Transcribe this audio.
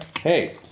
Hey